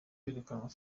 herekanwe